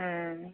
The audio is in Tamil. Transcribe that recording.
ம்